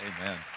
Amen